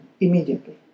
immediately